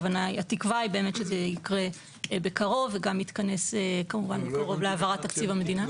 התקווה היא שזה יקרה בקרוב וגם יתכנס כמובן בקרוב להעברת תקציב המדינה.